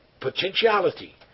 potentiality